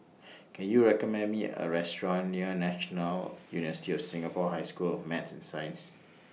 Can YOU recommend Me A Restaurant near National University of Singapore High School of Math and Science